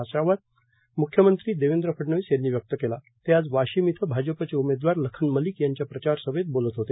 असा आशावाद मुख्यमंत्री देवेंद्र फडणवीस यांनी व्यक्त केला ते आज वाशिम इथं भाजपचे उमेदवार लखन मलिक यांच्या प्रचार सभेत बोलत होते